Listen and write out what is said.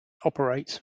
operates